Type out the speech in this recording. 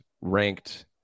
ranked